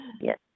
yes